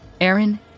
Aaron